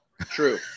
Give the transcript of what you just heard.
True